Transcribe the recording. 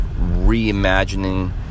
reimagining